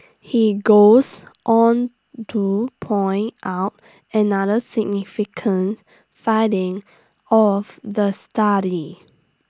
he goes on to point out another significant finding of the study